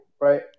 Right